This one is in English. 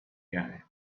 guy